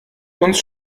uns